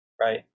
right